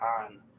on